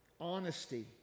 Honesty